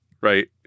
right